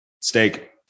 Steak